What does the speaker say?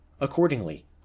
Accordingly